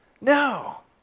No